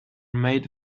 made